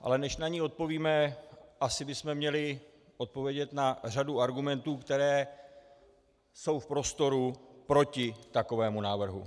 Ale než na ni odpovíme, asi bychom měli odpovědět na řadu argumentů, které jsou v prostoru proti takovému návrhu.